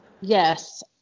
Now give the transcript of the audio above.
Yes